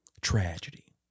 Tragedy